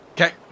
Okay